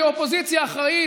כאופוזיציה אחראית,